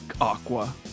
aqua